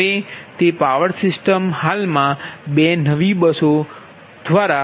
હવે તે પાવર સિસ્ટમમાં હાલમાં 2 નવી બસો શરૂ કરવામાં આવી છે